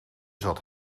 zat